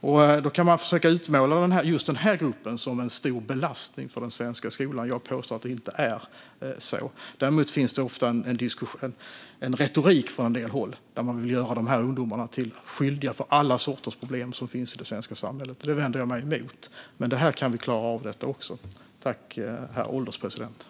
Sedan kan man försöka utmåla just den gruppen som en stor belastning för den svenska skolan. Jag påstår att det inte är så. Däremot finns ofta en retorik från en del håll där man vill göra dessa ungdomar skyldiga till alla sorters problem som finns i det svenska samhället. Det vänder jag mig emot, men detta kan vi också klara av.